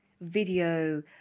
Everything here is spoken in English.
video